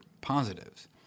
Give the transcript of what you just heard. positives